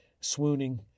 swooning